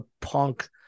punk